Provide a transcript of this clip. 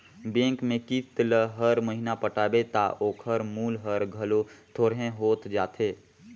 bank में किस्त ल हर महिना पटाबे ता ओकर मूल हर घलो थोरहें होत जाथे